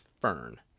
fern